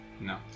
No